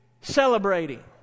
celebrating